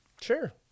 Sure